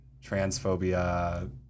transphobia